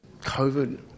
COVID